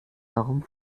warum